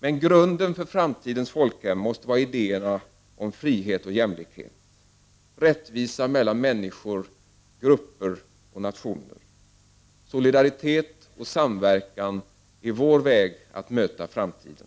Men grunden för framtidens folkhem måste vara idéerna om frihet och jämlikhet och rättvisa mellan människor, grupper och nationer. Solidaritet och samverkan är vår väg att möta framtiden.